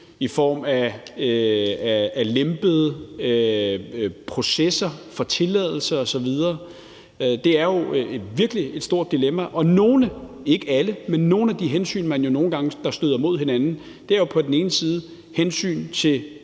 i form af lempede processer for tilladelser osv. Det er jo et virkelig stort dilemma, og nogle af de hensyn, ikke alle, der støder mod hinanden, er på den ene side hensyn til